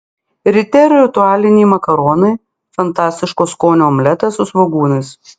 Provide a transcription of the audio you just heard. ryte ritualiniai makaronai fantastiško skonio omletas su svogūnais